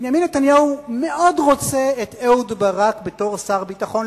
בנימין נתניהו מאוד רוצה את אהוד ברק בתור שר ביטחון,